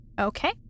Okay